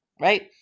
right